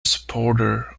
supporter